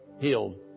healed